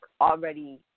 already